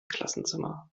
klassenzimmer